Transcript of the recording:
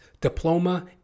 Diploma